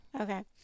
okay